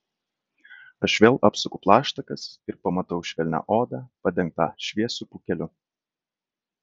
aš vėl apsuku plaštakas ir pamatau švelnią odą padengtą šviesiu pūkeliu